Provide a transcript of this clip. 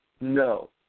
no